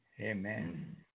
Amen